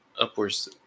upwards